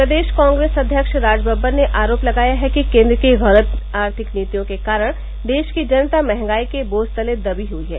प्रदेश कांग्रेस अध्यक्ष राजबबर ने आरोप लगाया है कि केन्द्र की गलत आर्थिक नीतियों के कारण देश की जनता मंहगाई के बोझ तले दबी हुई है